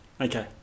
Okay